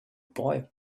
boy